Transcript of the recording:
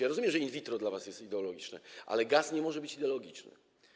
Ja rozumiem, że in vitro dla was jest ideologiczne, ale gaz nie może być ideologiczny.